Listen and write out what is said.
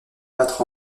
battre